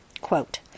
Quote